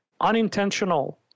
unintentional